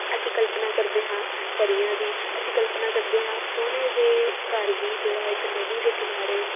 ਅਸੀਂ ਕਲਪਨਾ ਕਰਦੇ ਹਾਂ ਪਰੀਆਂ ਦੀ ਅਸੀਂ ਕਲਪਨਾ ਕਰਦੇ ਹਾਂ ਸੋਹਣੇ ਜਿਹੇ ਘਰ ਦੀ ਜਿਹੜਾ ਇੱਕ ਨਦੀ ਦੇ ਕਿਨਾਰੇ